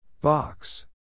Box